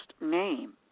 name